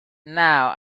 now